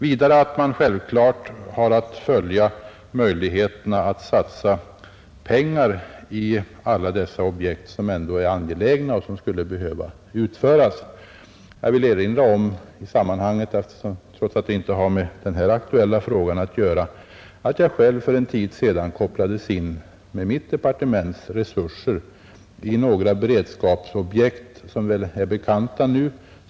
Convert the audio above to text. Vidare har man självklart att följa möjligheterna att satsa pengar på alla dessa objekt, som ändå är angelägna och som skulle behöva utföras. Jag vill i sammanhanget erinra om trots att det inte har med den här aktuella frågan att göra, att jag själv för en tid sedan kopplades in med mitt departements resurser i några beredskapsobjekt, som väl är bekanta nu.